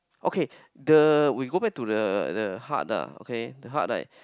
okay the we go back to the the heart ah okay the heart right